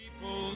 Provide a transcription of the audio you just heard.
People